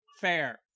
Fair